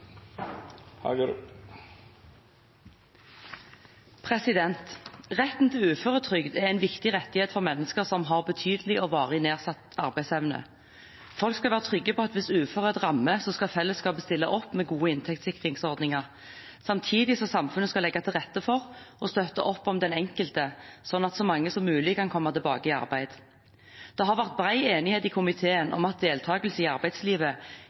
Retten til uføretrygd er en viktig rettighet for mennesker som har betydelig og varig nedsatt arbeidsevne. Folk skal være trygge på at hvis uførhet rammer, skal fellesskapet stille opp med gode inntektssikringsordninger, samtidig som samfunnet skal legge til rette for og støtte opp om den enkelte, slik at så mange som mulig kan komme tilbake i arbeid. Det har vært bred enighet i komiteen om at deltakelse i arbeidslivet